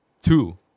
Two